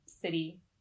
city